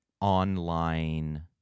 online